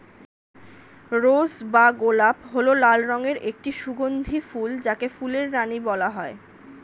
রোজ বা গোলাপ হল লাল রঙের একটি সুগন্ধি ফুল যাকে ফুলের রানী বলা হয়